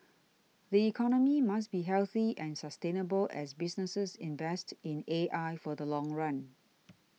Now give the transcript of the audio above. the economy must be healthy and sustainable as businesses invest in A I for the long run